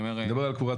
זה לא קבורת שדה.